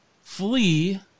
flee